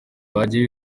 bagiye